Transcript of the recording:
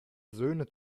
söhne